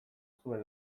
zuen